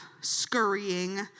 scurrying